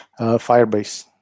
Firebase